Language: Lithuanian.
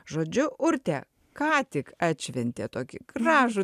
žodžiu urte ką tik atšventė tokį gražų